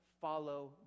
follow